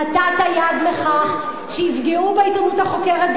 נתת יד לכך שיפגעו בעיתונות החוקרת.